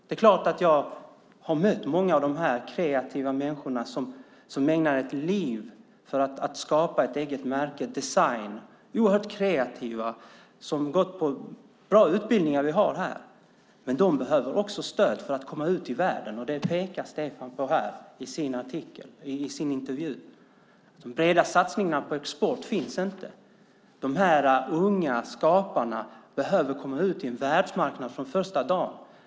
Det är klart att jag har mött många av de här kreativa människorna som ägnar ett liv åt att skapa ett eget märke, en design. De är oerhört kreativa. De har gått bra utbildningar som vi har här, men de behöver också stöd för att komma ut i världen. Det pekar Stefan på i sin intervju. De breda satsningarna på export finns inte. De här unga skaparna behöver komma ut på en världsmarknad från första dagen.